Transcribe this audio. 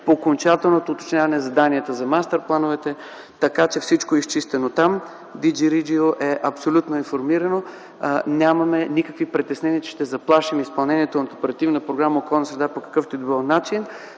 по окончателното уточняване заданието за мастер-плановете, така че всичко е изчистено там. Ди Джи Реджио е абсолютно информирано. Нямаме никакви притеснения, че ще заплашим изпълнението на Оперативна програма „Околна среда” по какъвто и да било начин.